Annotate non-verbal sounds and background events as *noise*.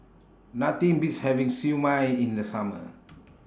Nothing Beats having Siew Mai in The Summer *noise*